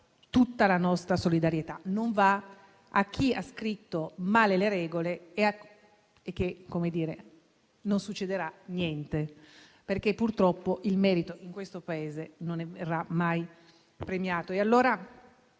tutta la nostra solidarietà, mentre non va a chi ha scritto male le regole, a cui non succederà niente, perché purtroppo il merito in questo Paese non verrà mai premiato.